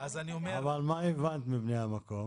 באמת, חלק מהחסמים זה באמת העניין של בני המקום